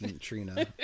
Trina